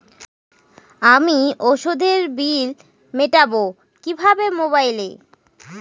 আমি ওষুধের বিল মেটাব কিভাবে মোবাইলে?